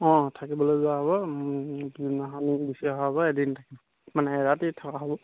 অঁ থাকিবলৈ যোৱা হ'ব কোনদিনাখনি গুচি অহা হ'ব এদিন থাক মানে এৰাতি থকা হ'ব